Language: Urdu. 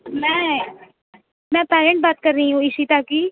میں میں پایل بات کر رہی ہوں اِشیتا کی